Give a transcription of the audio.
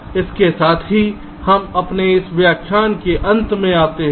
इसलिए इसके साथ हम इस व्याख्यान के अंत में आते हैं